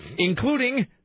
including